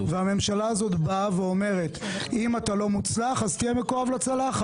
והממשלה הזאת אומרת: אם אתה לא מוצלח אז תהיה מקורה לצלחת.